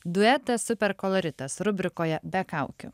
duetas super koloritas rubrikoje be kaukių